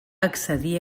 accedir